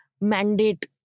mandate